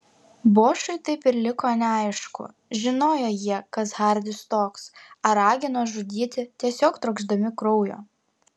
bošui taip ir liko neaišku žinojo jie kas hardis toks ar ragino žudyti tiesiog trokšdami kraujo